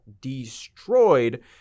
destroyed